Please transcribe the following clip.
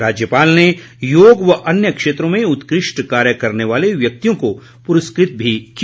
राज्यपाल ने योग व अन्य क्षेत्रों में उत्कृष्ट कार्य करने वाले व्यक्तियों को पुरस्कृत भी किया